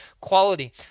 quality